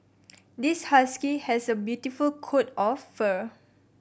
this husky has a beautiful coat of fur